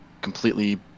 completely